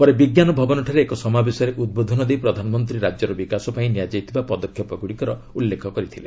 ପରେ ବିଜ୍ଞାନ ଭବନଠାରେ ଏକ ସମାବେଶରେ ଉଦ୍ବୋଧନ ଦେଇ ପ୍ରଧାନମନ୍ତ୍ରୀ ରାଜ୍ୟର ବିକାଶ ପାଇଁ ନିଆଯାଇଥିବା ପଦକ୍ଷେପ ଗୁଡ଼ିକର ଉଲ୍ଲେଖ କରିଥିଲେ